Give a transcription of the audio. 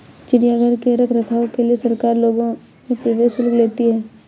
चिड़ियाघर के रख रखाव के लिए सरकार लोगों से प्रवेश शुल्क लेती है